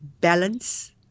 balance